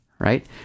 right